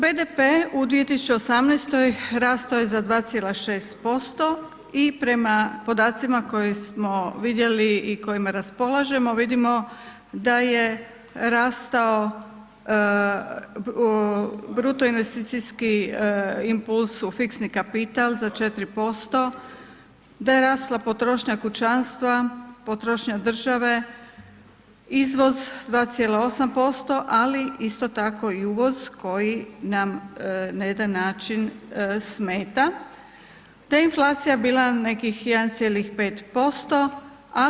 BDP u 2018. rastao je za 2,6% i prema podacima koje smo vidjeli i kojima raspolažemo vidimo da je rastao bruto investicijski impuls u fiksni kapital za 4%, da je rasla potrošnja kućanstva potrošnja države, izvoz 2,8%, ali isto tako i uvoz koji nam na jedan način smeta, te je inflacija bila nekih 1,5%